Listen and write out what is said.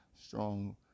strong